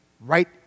right